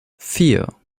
vier